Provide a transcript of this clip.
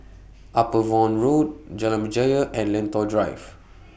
Upavon Road Jalan Berjaya and Lentor Drive